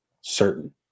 certain